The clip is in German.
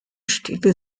stile